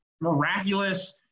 miraculous